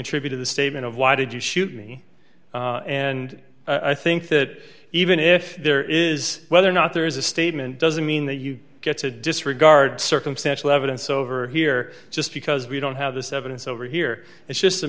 attributed the statement of why did you shoot me and i think that even if there is whether or not there is a statement doesn't mean that you get to disregard circumstantial evidence over here just because we don't have this evidence over here it's just